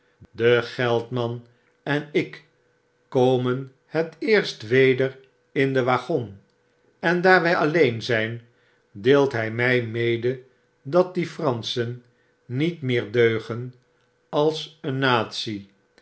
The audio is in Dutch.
de geldman en ik komen het eerst weder in den waggon en daar wg alleen zjjn deelt hij mjj mede dat die franschen niet meer deugen als een natie